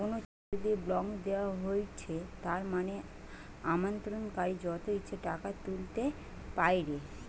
কোনো চেক যদি ব্ল্যাংক দেওয়া হৈছে তার মানে আমানতকারী যত ইচ্ছে টাকা তুলতে পাইরে